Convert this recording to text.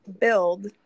build